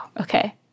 okay